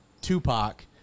Tupac